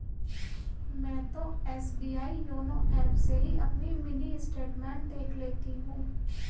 मैं तो SBI YONO app से ही अपनी मिनी स्टेटमेंट देख लेती हूँ